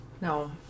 No